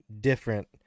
different